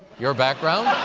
your background?